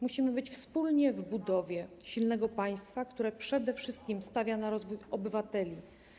Musimy być razem w budowie silnego państwa, które przede wszystkim stawia na rozwój obywateli.